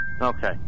Okay